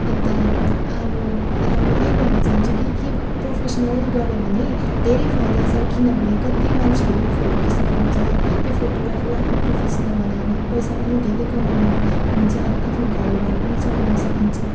अन्त अब यही भन्न चाहन्छु कि कि प्रोफेसनल नै गरे भने धेरै फाइदा छ किनभने कति मान्छेहरू फोटो खिच्न आउँछ त्यो फोटोग्राफीलाई आफ्नो प्रोफेसनल बनायो भने पैसा पनि धेरै कमाउने हुन्छ आफ्नो घर बार पनि चलाउन सकिन्छ